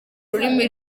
rurimi